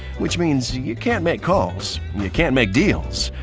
which means you you can't make calls, you can't make deals,